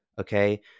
Okay